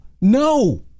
No